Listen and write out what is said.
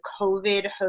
COVID